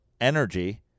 energy